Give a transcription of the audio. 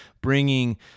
Bringing